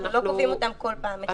אנחנו לא קובעים אותן כל פעם מחדש.